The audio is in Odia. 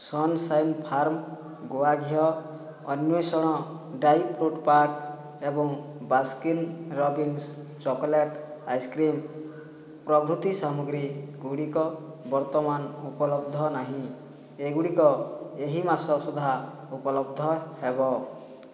ସନ୍ସାଇନ୍ ଫାର୍ମ ଗୁଆ ଘିଅ ଅନ୍ଵେଷଣ ଡ୍ରାଇ ଫ୍ରୁଟ୍ ପାକ୍ ଏବଂ ବାସ୍କିନ୍ ରବିନ୍ସ ଚକୋଲେଟ୍ ଆଇସ୍କ୍ରିମ୍ ପ୍ରଭୃତି ସାମଗ୍ରୀ ଗୁଡ଼ିକ ବର୍ତ୍ତମାନ ଉପଲବ୍ଧ ନାହିଁ ଏଗୁଡ଼ିକ ଏହି ମାସ ସୁଦ୍ଧା ଉପଲବ୍ଧ ହେବ